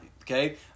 okay